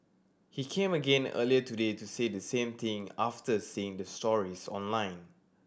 he came again earlier today to say the same thing after seeing the stories online